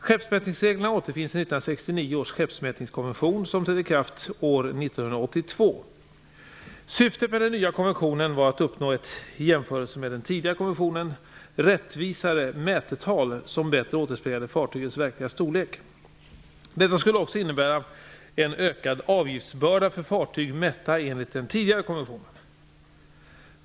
Skeppsmätningsreglerna återfinns i 1969 års skeppsmätningskonvention som trädde i kraft år 1982. Syftet med den nya konventionen var att uppnå ett i jämförelse med den tidigare konven tionen rättvisare mätetal som bättre återspeglade fartygets verkliga storlek. Detta skulle också in nebära en ökad avgiftsbörda för fartyg mätta en ligt den tidigare konventionen.